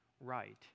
right